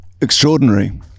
extraordinary